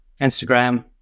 Instagram